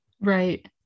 Right